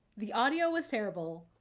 the audio was terrible,